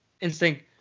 instinct